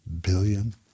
billion